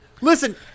Listen